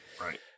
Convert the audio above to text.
Right